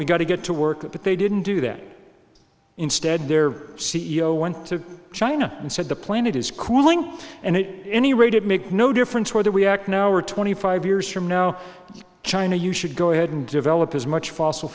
we've got to get to work but they didn't do that instead their c e o went to china and said the planet is cooling and it any rate it make no difference whether we act now or twenty five years from now china you should go ahead and develop as much fossil